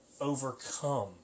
overcome